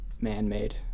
man-made